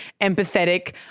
empathetic